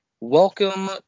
Welcome